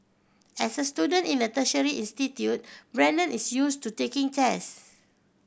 as a student in a tertiary institute Brandon is used to taking tests